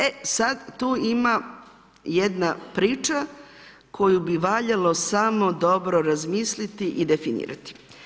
E sada tu ima jedna priča koju bi valjalo samo dobro razmisliti i definirati.